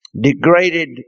Degraded